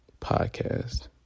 podcast